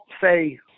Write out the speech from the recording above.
say